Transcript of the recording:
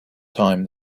time